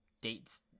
date's